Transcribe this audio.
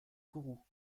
kourou